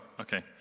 okay